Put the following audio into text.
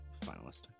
finalist